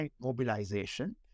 mobilization